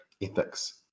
ethics